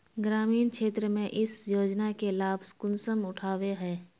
ग्रामीण क्षेत्र में इस योजना के लाभ कुंसम उठावे है?